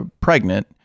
pregnant